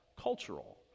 cultural